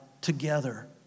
together